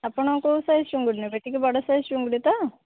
ଆପଣ କେଉଁ ସାଇଜ୍ ଚୁଙ୍ଗୁଡ଼ି ନେବେ ଟିକିଏ ବଡ଼ ସାଇଜ୍ ଚୁଙ୍ଗୁଡ଼ି ତ